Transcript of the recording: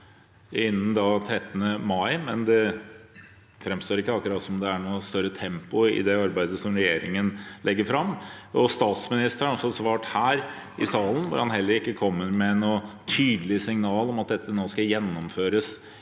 innen 13. mai, men det framstår ikke akkurat som at det er noe større tempo i det arbeidet regjeringen legger fram. Statsministeren har også svart her i salen, hvor han heller ikke kom med noe tydelig signal om at dette nå skal gjennomføres